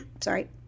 sorry